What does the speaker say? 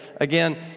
again